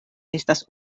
estas